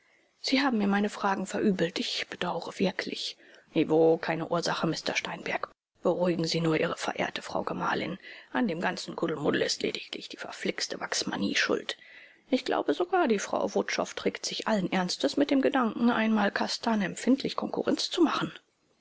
sie haben mir meine fragen verübelt ich bedaure wirklich i wo keine ursache mr steinberg beruhigen sie nur ihre verehrte frau gemahlin an dem ganzen kuddelmuddel ist lediglich die verflixte wachsmanie schuld ich glaube sogar die frau wutschow trägt sich allen ernstes mit dem gedanken einmal castan empfindlich konkurrenz zu machen